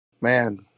Man